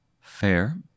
Fair